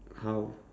how